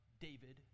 David